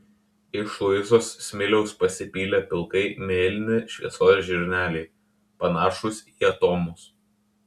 iš luizos smiliaus pasipylę pilkai mėlyni šviesos žirneliai panašūs į atomus